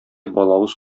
балавыз